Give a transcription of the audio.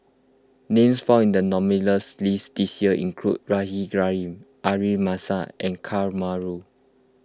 names found in the nominees' list this year include Rahimah Rahim and Ka Perumal